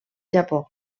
japó